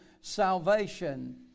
salvation